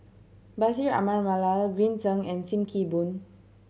Bashir Ahmad Mallal Green Zeng and Sim Kee Boon